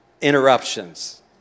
interruptions